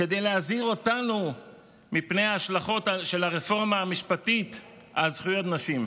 כדי להזהיר אותנו מפני ההשלכות של הרפורמה המשפטית על זכויות נשים.